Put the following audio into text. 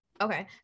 okay